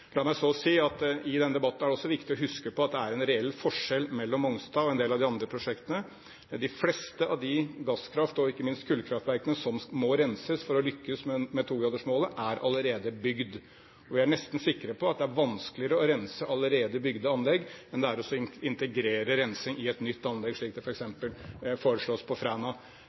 La meg så si at det i denne debatten også er viktig å huske på at det er en reell forskjell på Mongstad og en del av de andre prosjektene. De fleste av de gasskraft- og ikke minst kullkraftverkene som må renses for å lykkes med togradersmålet, er allerede bygd. Vi er nesten sikre på at det er vanskeligere å rense allerede bygde anlegg enn det er å integrere rensing i et nytt anlegg, slik det f.eks. foreslås på Fræna.